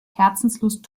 herzenslust